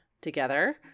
together